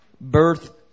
birth